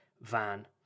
van